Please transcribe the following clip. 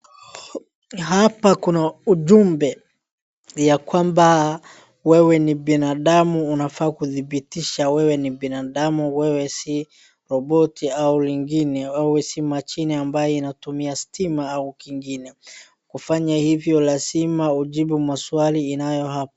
Hapa kuna ujumbe ya kwamba wewe ni binadamu unafaa kudhibitisha wewe ni binadamu wewe si roboti au ingine wewe si mashine ambayo inatumia stima au kingine. Kufanya hivyo lazima ujibu maswali inayo.